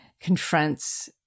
confronts